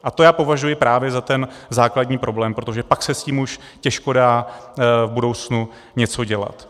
A to já považuji právě za ten základní problém, protože pak se s tím už těžko dá v budoucnu něco dělat.